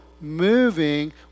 moving